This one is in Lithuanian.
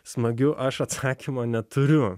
smagiu aš atsakymo neturiu